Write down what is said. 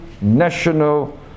national